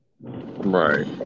Right